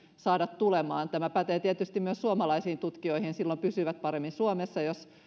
saada tulemaan kuten esimerkiksi tänne tämä pätee tietysti myös suomalaisiin tutkijoihin silloin he pysyvät paremmin suomessa jos